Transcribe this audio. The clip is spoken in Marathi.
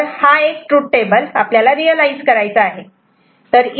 तर हा एक ट्रूथ टेबल आपल्याला रियलायझ करायचा आहे